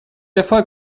erfolg